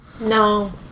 No